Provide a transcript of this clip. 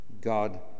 God